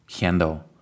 handle